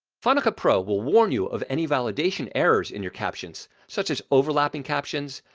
final cut pro will warn you of any validation errors in your captions such as overlapping captions,